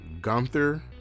Gunther